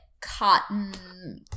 cotton